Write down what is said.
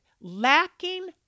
lacking